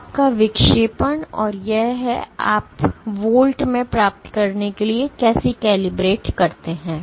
तो आपका विक्षेपण और यह है कि आप वोल्ट में प्राप्त करने के लिए कैसे कैलिब्रेट करते हैं